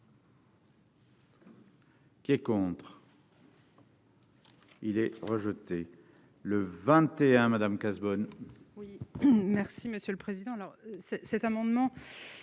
Qui est contre. Il est rejeté, le 21 Madame Cazebonne